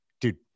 Dude